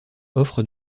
offre